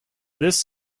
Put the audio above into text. this